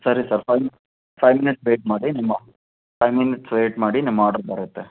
ಸರಿ sir five five minutes wait ಮಾಡಿ ನಿಮ್ಮ ಫೈವ್ ಮಿನಿಟ್ಸ್ ವೆಯ್ಟ್ ಮಾಡಿ ನಿಮ್ಮ ಆರ್ಡರ್ ಬರುತ್ತೆ